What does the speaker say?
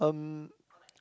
um